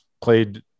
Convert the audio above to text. played